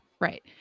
Right